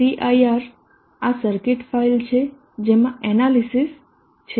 cir આ circuit file છે જેમાં એનાલીસીસ છે